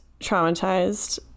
traumatized